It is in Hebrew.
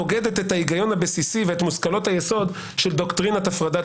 נוגדת את ההיגיון הבסיסי ואת מושכלות היסוד של דוקטרינת הפרדת הרשויות.